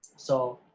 so,